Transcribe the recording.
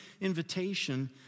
invitation